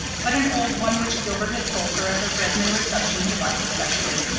but an old one which gilbert had told her at a redmond reception he liked especially.